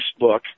Facebook